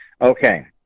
Okay